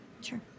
Sure